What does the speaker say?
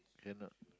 cannot